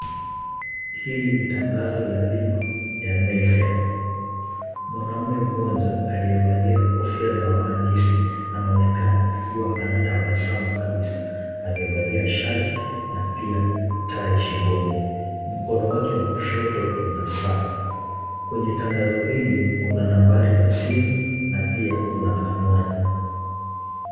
Hili ni tangazo la bima ya Mayfair. Mwanaume mmoja aliyevalia kofia za wahandisi anaonekana akiwa anatabasamu kabisa amevalia shati na pia tai shingoni. Mkono wake wa kushoto una saa. Kwenye tangazo hili kuna nambari za simu na pia kuna anwani.